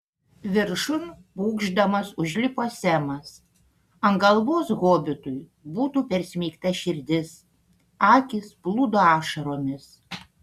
viršun pūkšdamas užlipo semas ant galvos hobitui būtų persmeigta širdis akys plūdo ašaromis